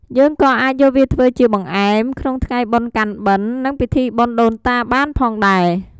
យើងក៏អាចយកវាធ្វើជាបង្អែម ក្នុងថ្ងៃបុណ្យកាន់បិណ្ឌ និងពិធីបុណ្យដូនតាបានផងដែរ។